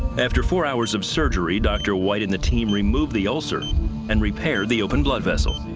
after four hours of surgery, dr. white and the team removed the ulcer and repaired the open blood vessel.